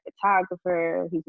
photographer